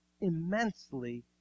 immensely